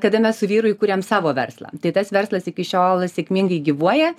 kada mes su vyru įkūrėm savo verslą tai tas verslas iki šiol sėkmingai gyvuoja